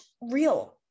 real